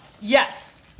Yes